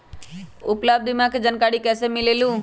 उपलब्ध बीमा के जानकारी कैसे मिलेलु?